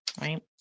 Right